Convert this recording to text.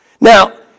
Now